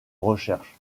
recherche